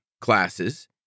classes